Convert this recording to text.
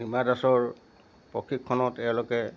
চিমা দাসৰ প্ৰশিক্ষণত এওঁলোকে